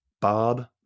Bob